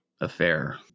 affair